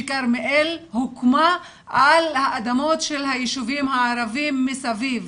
שכרמיאל הוקמה על האדמות של היישובים הערביים מסביב.